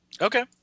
Okay